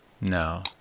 No